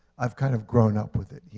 i've kind of grown up with it.